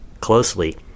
closely